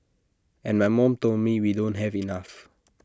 and my mom told me we don't have enough